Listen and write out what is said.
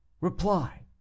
reply